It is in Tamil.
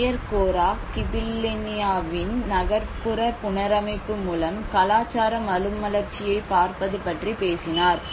மேயர் கோரா கிபெல்லினாவின் நகர்ப்புற புனரமைப்பு மூலம் கலாச்சார மறுமலர்ச்சியைப் பார்ப்பது பற்றி பேசினார்